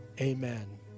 amen